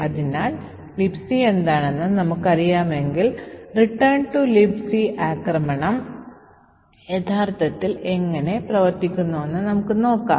അതിനാൽ ഒരു ചെറിയ ഉദാഹരണം ഉപയോഗിച്ച് കാനറികൾ യഥാർത്ഥത്തിൽ ആന്തരികമായി എങ്ങനെ പ്രവർത്തിക്കുന്നുവെന്ന് നമുക്ക് നോക്കാം